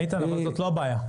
איתן, זאת לא הבעיה.